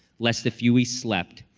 less the few we slept,